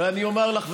ואני אומר לך,